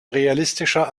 realistischer